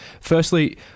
Firstly